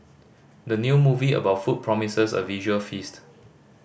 the new movie about food promises a visual feast